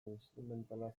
instrumentala